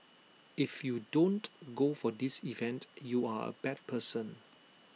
if you don't go for this event you are A bad person